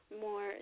More